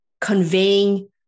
conveying